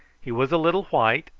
he was a little white,